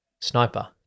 Sniper